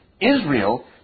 Israel